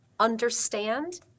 understand